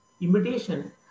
imitation